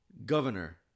Governor